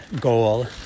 goal